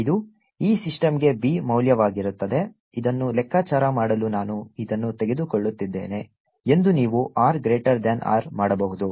ಇದು ಈ ಸಿಸ್ಟಮ್ಗೆ B ಮೌಲ್ಯವಾಗಿರುತ್ತದೆ ಇದನ್ನು ಲೆಕ್ಕಾಚಾರ ಮಾಡಲು ನಾನು ಇದನ್ನು ತೆಗೆದುಕೊಳ್ಳುತ್ತಿದ್ದೇನೆ ಎಂದು ನೀವು r ಗ್ರೇಟರ್ ಧ್ಯಾನ್ R ಮಾಡಬಹುದು